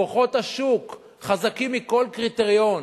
כוחות השוק חזקים מכל קריטריון,